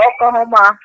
Oklahoma